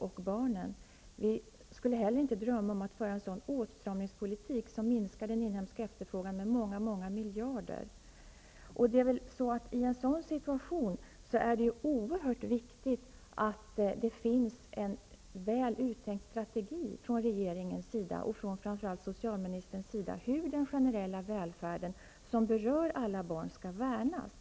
Vi skulle inte heller drömma om att föra en sådan åtstramningspolitik som skulle leda till en minskad inhemsk efterfrågan med många miljarder. I en sådan här situation är det oerhört viktigt att det finns en väl uttänkt strategi från regeringens och framför allt socialministerns sida om hur den generella välfärden, något som berör alla barn, skall värnas.